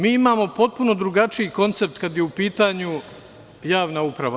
Mi imamo potpuno drugačiji koncept kada je u pitanju javna uprava.